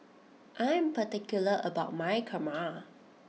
I am particular about my Kurma